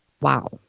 Wow